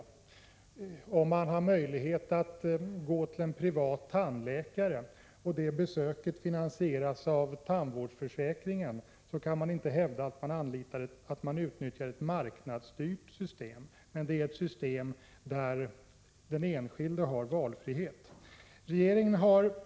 Om man har möjlighet att gå till en privat tandläkare och det besöket finansieras av tandvårdsförsäkringen, kan man inte hävda att man anlitar ett marknadsstyrt system, utan det är ett system där den enskilde har valfrihet.